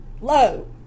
Low